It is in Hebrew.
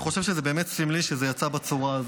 אני חושב שזה באמת סמלי שזה יצא בצורה הזאת,